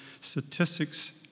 Statistics